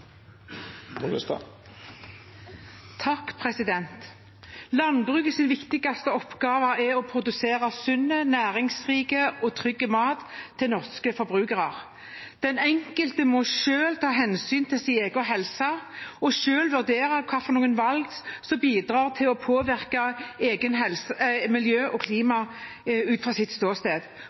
å produsere sunn, næringsrik og trygg mat til norske forbrukere. Den enkelte må selv ta hensyn til sin egen helse, og selv vurdere hvilke valg som bidrar til å påvirke miljø og klima ut fra sitt ståsted.